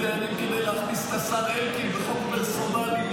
דיינים כדי להכניס את השר אלקין בחוק פרסונלי,